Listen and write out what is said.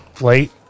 late